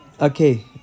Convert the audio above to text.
Okay